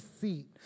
seat